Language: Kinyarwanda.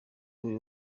buri